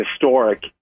historic